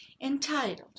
entitled